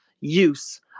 use